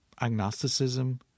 agnosticism